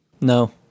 No